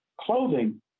clothing